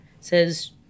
says